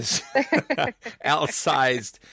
outsized